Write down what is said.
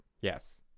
Yes